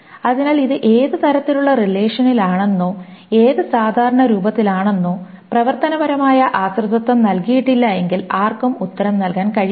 അതിനാൽ ഇത് ഏത് തരത്തിലുള്ള റിലേഷനിലാണെന്നോ ഏത് സാധാരണ രൂപത്തിലാണെന്നോ പ്രവർത്തനപരമായ ആശ്രിതത്വം നൽകിയിട്ടില്ലെങ്കിൽ ആർക്കും ഉത്തരം നൽകാൻ കഴിയില്ല